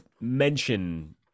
mention